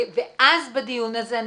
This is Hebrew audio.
אז בדיון הזה,